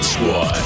Squad